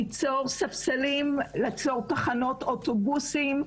ליצור ספסלים ליצור תחנות אוטובוסים,